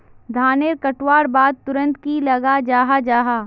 धानेर कटवार बाद तुरंत की लगा जाहा जाहा?